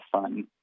fun